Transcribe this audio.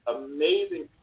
amazing